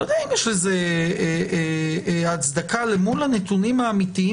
אני לא יודע אם יש לזה הצדקה מול הנתונים האמיתיים